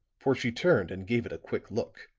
for she turned and gave it a quick look.